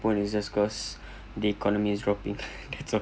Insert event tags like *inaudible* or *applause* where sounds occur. pun is just cause the economy is dropping *laughs* that's all